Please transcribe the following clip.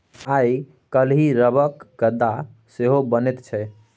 आइ काल्हि रबरक गद्दा सेहो बनैत छै